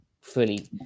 fully